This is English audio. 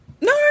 No